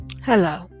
Hello